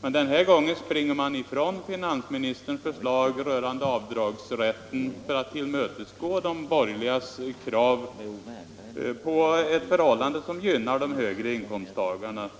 men denna gång tar man avstånd från hans förslag rörande avdragsrätten för att tillmötesgå de borgerligas krav på en åtgärd som gynnar de högre inkomsttagarna.